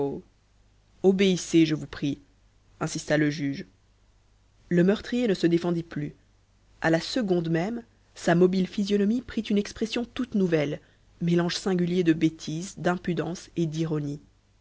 obéissez je vous prie insista le juge le meurtrier ne se défendit plus à la seconde même sa mobile physionomie prit une expression toute nouvelle mélange singulier de bêtise d'impudence et d'ironie